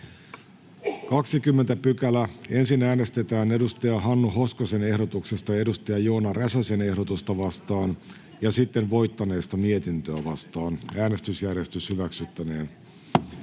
vastaan. Ensin äänestetään Hannu Hoskosen ehdotuksesta Joona Räsäsen ehdotusta vastaan ja sitten voittaneesta mietintöä vastaan. Joona Räsäsen ehdotus, Hannu